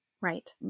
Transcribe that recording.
Right